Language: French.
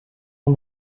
ans